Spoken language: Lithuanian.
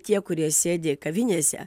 tie kurie sėdi kavinėse